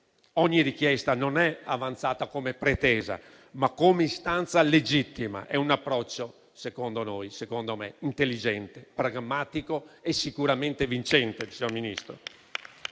ogni richiesta è avanzata non come pretesa, ma come istanza legittima. È un approccio - secondo noi e secondo me - intelligente, pragmatico e sicuramente vincente, signor Ministro.